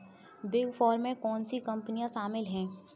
Big four में कौन सी कंपनियाँ शामिल हैं?